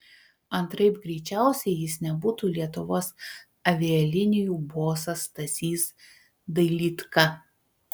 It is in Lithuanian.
antraip greičiausiai jis nebūtų lietuvos avialinijų bosas stasys dailydka